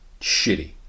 shitty